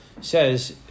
says